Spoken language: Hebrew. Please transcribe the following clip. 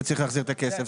הוא צריך להחזיר את הכסף,